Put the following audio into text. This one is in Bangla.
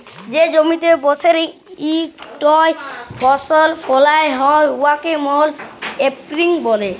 যে জমিতে বসরে ইকটই ফসল ফলাল হ্যয় উয়াকে মলক্রপিং ব্যলে